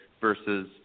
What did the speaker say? versus